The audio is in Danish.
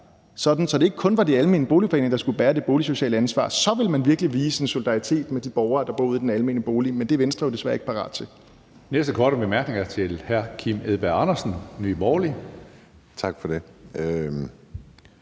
så det ikke kun var de almene boligforeninger, der skulle bære det boligsociale ansvar, så ville man virkelig vise solidaritet med de borgere, der bor i de almene boliger, men det er Venstre jo desværre ikke parat til. Kl. 14:46 Tredje næstformand (Karsten Hønge): Den næste